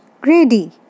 Grady